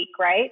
right